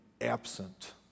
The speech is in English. absent